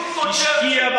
ממש צ'רצ'יל.